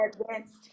advanced